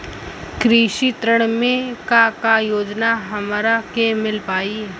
कृषि ऋण मे का का योजना हमरा के मिल पाई?